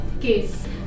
case